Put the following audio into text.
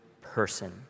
person